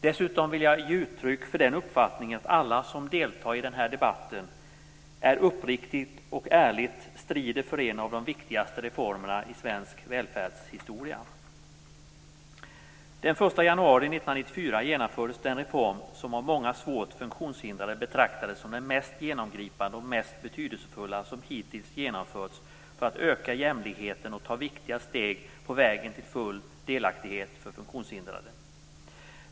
Dessutom vill jag ge uttryck för den uppfattningen att alla som deltar i den här debatten uppriktigt och ärligt strider för en av de viktigaste reformerna i svensk välfärdshistoria. Den 1 januari 1994 genomfördes den reform som av många svårt funktionshindrade betraktas som den mest genomgripande och mest betydelsefulla som hittills genomförts för att öka jämlikheten och ta viktiga steg på vägen till full delaktighet för funktionshindrade.